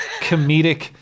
comedic